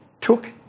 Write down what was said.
took